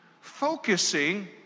Focusing